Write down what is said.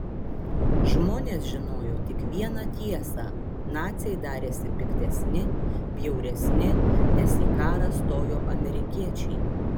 žmonės žinojo tik vieną tiesą naciai darėsi piktesni bjauresni nes į karą stojo amerikiečiai